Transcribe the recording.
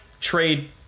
trade